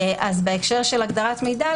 בהקשר של הגדרת מידע,